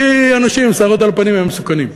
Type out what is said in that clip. כי אנשים עם שערות על הפנים הם מסוכנים.